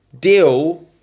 deal